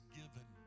given